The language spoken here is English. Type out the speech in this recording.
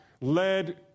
led